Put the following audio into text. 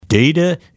Data